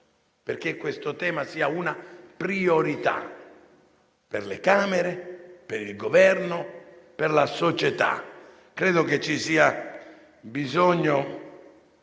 perché questo tema sia una priorità per le Camere, per il Governo, per la società. Credo che ci sia bisogno